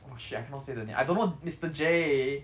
oh shit I cannot say the name I don't know mister J